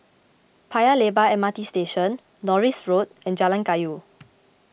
Paya Lebar M R T Station Norris Road and Jalan Kayu